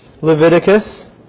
Leviticus